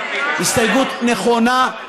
הסתייגות נכונה,